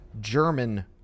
German